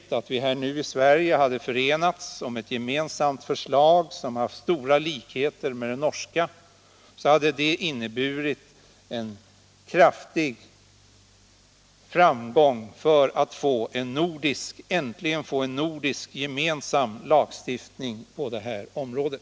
Och om vi här i Sverige nu hade kunnat enas om ett gemensamt förslag med stora likheter med det norska, så hade det inneburit ett stort steg mot att äntligen få en gemensam nordisk lagstiftning på detta område.